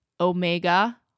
Omega